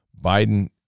Biden